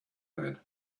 had